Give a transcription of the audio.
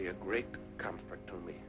be a great comfort to me